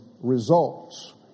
results